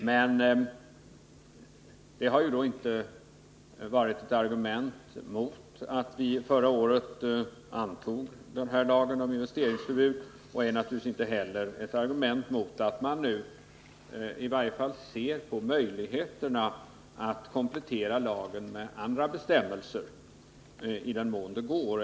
Men det var inte något argument mot att vi förra året antog den här lagen om investeringsförbud, och det är naturligtvis inte heller ett argument mot att man nu i varje fall undersöker möjligheterna att komplettera lagen med andra bestämmelser.